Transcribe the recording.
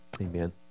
Amen